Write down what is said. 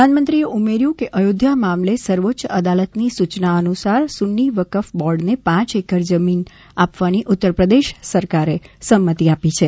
પ્રધાનમંત્રીએ ઉમેર્ટ્ય કે અયોધ્યા મામલે સર્વોચ્ય અદાલતની સૂચના અનુસાર સુન્ની વકફ બોર્ડને પાંચ એકર જમીન આપવાની ઉત્તર પ્રદેશ સરકારે સંમતિ આપી છે